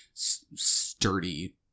sturdy